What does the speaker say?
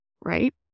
right